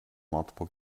multiple